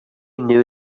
knew